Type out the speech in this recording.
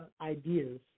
ideas